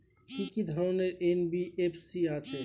কি কি ধরনের এন.বি.এফ.সি আছে?